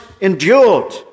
endured